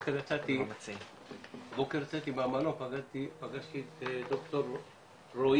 הבוקר יצאתי מהמלון ופגשתי את ד"ר שרון